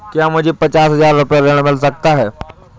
क्या मुझे पचास हजार रूपए ऋण मिल सकता है?